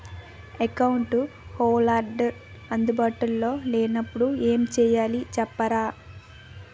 Account holder అందు బాటులో లే నప్పుడు ఎం చేయాలి చెప్తారా?